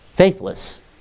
Faithless